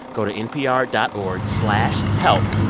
go to npr dot org slash help.